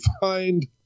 find